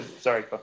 Sorry